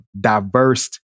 diverse